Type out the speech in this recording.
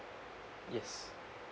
yes